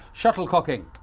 Shuttlecocking